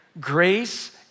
Grace